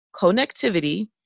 connectivity